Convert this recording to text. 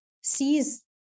sees